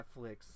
Netflix